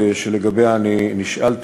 3. האכיפה הפלילית שלגביה אני נשאלתי,